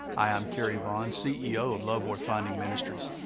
i'm cary vaughn, ceo of love worth finding ministries.